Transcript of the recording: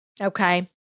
Okay